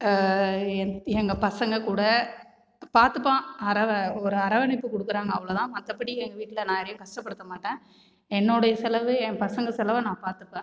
எங்கள் பசங்க கூட பார்த்துப்பான் அரவ ஒரு அரவணைப்பு கொடுக்குறாங்க அவ்வளோ தான் மற்றபடி எங்கள் வீ ட்டில் நான் யாரையும் கஷ்டப்படுத்தமாட்டேன் என்னோடைய செலவு என் பசங்க செலவை நான் பார்த்துப்பேன்